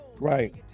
right